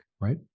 right